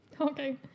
okay